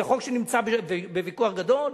זה חוק שנמצא בוויכוח גדול.